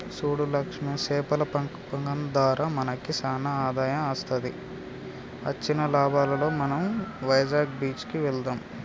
సూడు లక్ష్మి సేపల పెంపకం దారా మనకి సానా ఆదాయం వస్తది అచ్చిన లాభాలలో మనం వైజాగ్ బీచ్ కి వెళ్దాం